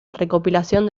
recopilación